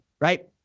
right